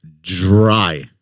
dry